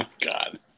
God